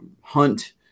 hunt